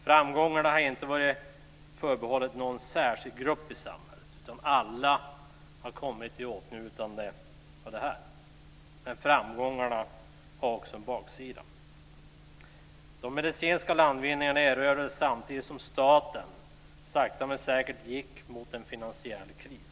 Framgångarna har inte varit förbehållna någon särskild grupp i samhället. Alla har kommit i åtnjutande av dem. Men framgångarna har också en baksida. De medicinska landvinningarna gjordes samtidigt som staten sakta men säkert gick mot en finansiell kris.